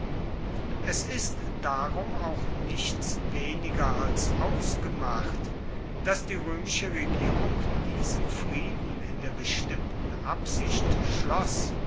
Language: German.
es ist darum auch nichts weniger als ausgemacht dass die roemische regierung diesen frieden in der bestimmten absicht schloss